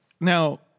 Now